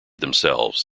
themselves